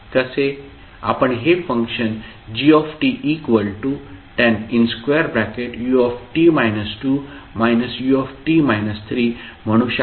आपण हे function g 10ut−2−ut−3 म्हणू शकता